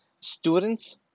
students